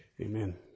Amen